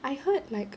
I heard like